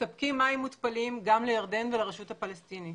מספקים מים מותפלים גם לירדן ולרשות הפלסטינית.